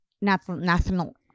national